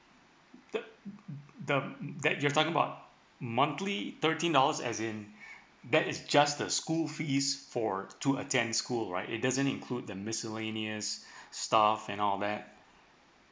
mm the mm that you're talk about monthly thirteen dollars as in that is just the school fees for to attend school right it doesn't include the miscellaneous stuff and all that